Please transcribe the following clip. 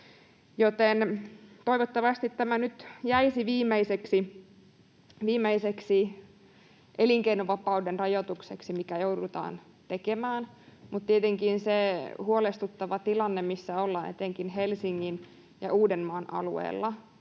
Toivottavasti tämä nyt jäisi viimeiseksi elinkeinovapauden rajoitukseksi, mikä joudutaan tekemään, mutta tietenkin se huolestuttava tilanne, missä ollaan etenkin Helsingin ja Uudenmaan alueella,